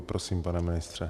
Prosím, pane ministře.